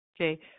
okay